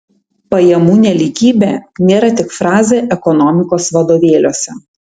pajamų nelygybė nėra tik frazė ekonomikos vadovėliuose